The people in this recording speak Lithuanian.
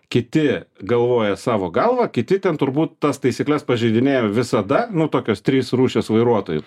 kiti galvoja savo galva kiti ten turbūt tas taisykles pažeidinėja visada nu tokios trys rūšys vairuotojų